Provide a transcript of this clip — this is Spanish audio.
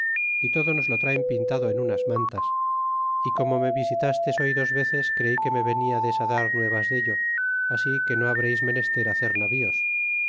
é todo nos lo traen pintado en unas mantas y como me visitastes hoy dos veces creí que me veniades dar nuevas dello así que no habreis menester hacer navíos